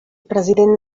president